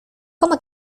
cómo